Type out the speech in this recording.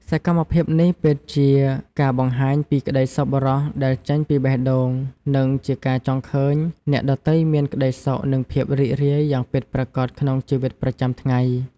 សកម្មភាពនេះពិតជាការបង្ហាញពីក្តីសប្បុរសដែលចេញពីបេះដូង និងជាការចង់ឃើញអ្នកដទៃមានក្តីសុខនិងភាពរីករាយយ៉ាងពិតប្រាកដក្នុងជីវិតប្រចាំថ្ងៃ។